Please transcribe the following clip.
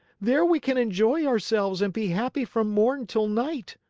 there we can enjoy ourselves and be happy from morn till night